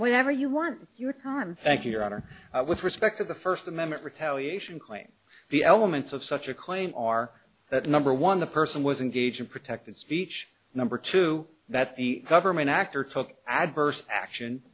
whenever you want your time thank you your honor with respect to the first amendment retaliation claim the elements of such a claim are that number one the person was engaging protected speech number two that the government actor took adverse action